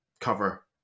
cover